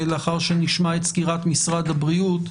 לאחר שנשמע את סקירת משרד הבריאות.